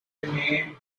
remained